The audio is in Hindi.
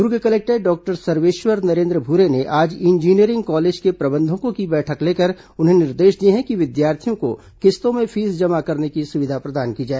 दुर्ग कलेक्टर डॉक्टर सर्वेश्वर नरेन्द्र भूरे ने आज इंजीनियरिंग कॉलेज के प्रबंधकों की बैठक लेकर उन्हें निर्देश दिए हैं कि विद्यार्थियों को किश्तों में फीस जमा करने की सुविधा प्रदान की जाए